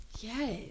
yes